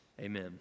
Amen